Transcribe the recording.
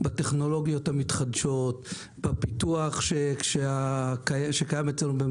בטכנולוגיות המתחדשות ובפיתוח שקיים אצלנו,